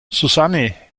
susanne